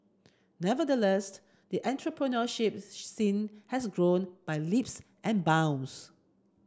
nevertheless the entrepreneurship scene has grown by leaps and bounds